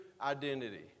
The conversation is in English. identity